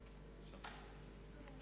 למה צריך כל כך הרבה צומות,